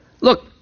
look